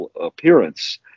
appearance